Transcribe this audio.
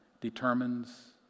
determines